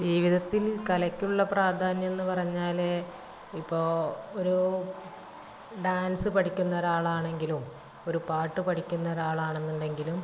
ജീവിതത്തിൽ കലയ്ക്കുള്ള പ്രധാന്യം എന്ന് പറഞ്ഞാൽ ഇപ്പോൾ ഒരു ഡാൻസ് പഠിക്കുന്ന ഒരാളാണെങ്കിലും ഒരു പാട്ട് പഠിക്കുന്ന ഒരു ആളാണെന്നുണ്ടെങ്കിലും